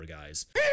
guys